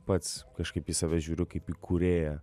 pats kažkaip į save žiūriu kaip į kūrėją